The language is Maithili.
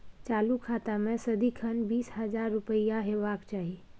चालु खाता मे सदिखन बीस हजार रुपैया हेबाक चाही